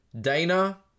Dana